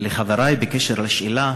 לחברי בקשר לשאלה,